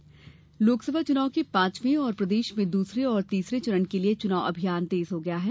चुनावी सभायें लोकसभा चुनाव के पांचवें और प्रदेश में दूसरे और तीसरे चरण के लिये चुनाव अभियान तेज हो गया है